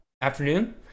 afternoon